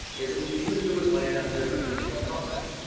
is that we knew that there was land out there, but we didn't know how much,